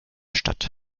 stadt